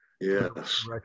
Yes